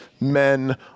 men